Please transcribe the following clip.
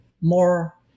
more